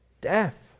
Death